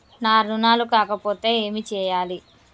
నా రుణాలు కాకపోతే ఏమి చేయాలి?